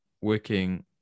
working